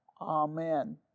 Amen